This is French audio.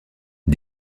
dit